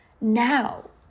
now